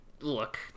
look